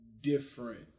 different